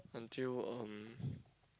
until um